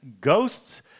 Ghosts